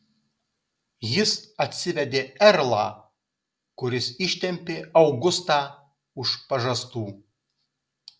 jis atsivedė erlą kuris ištempė augustą už pažastų